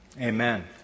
amen